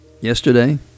Yesterday